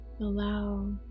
Allow